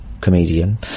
Comedian